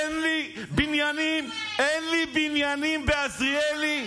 אין לי בניינים בעזריאלי,